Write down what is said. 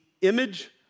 image